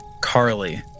Carly